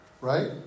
right